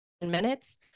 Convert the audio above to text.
minutes